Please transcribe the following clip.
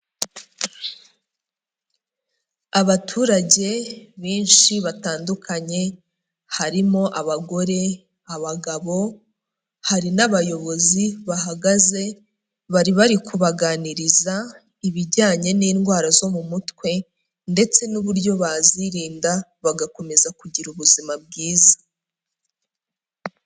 Abaturage benshi batandukanye harimo abagore, abagabo, hari n'abayobozi bahagaze bari bari kubaganiriza ibijyanye n'indwara zo mu mutwe ndetse n'uburyo bazirinda, bagakomeza kugira ubuzima bwiza.